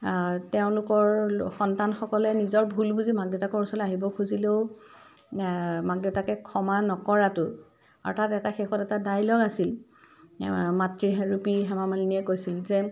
তেওঁলোকৰ সন্তানসকলে নিজৰ ভুল বুজি মাক দেউতাকৰ ওচৰলৈ আহিব খুজিলেও মাক দেউতাকে ক্ষমা নকৰাটো আৰু তাত এটা শেষত এটা ডায়লগ আছিল মাতৃৰূপী হেমা মালিনীয়ে কৈছিল যে